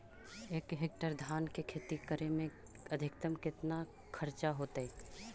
एक हेक्टेयर धान के खेती करे में अधिकतम केतना खर्चा होतइ?